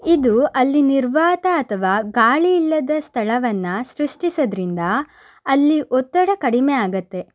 ಇದು ಅಲ್ಲಿ ನಿರ್ವಾತ ಅಥವಾ ಗಾಳಿಯಿಲ್ಲದ ಸ್ಥಳವನ್ನು ಸೃಷ್ಟಿಸೋದ್ರಿಂದ ಅಲ್ಲಿ ಒತ್ತಡ ಕಡಿಮೆಯಾಗತ್ತೆ